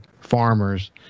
farmers